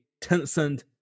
Tencent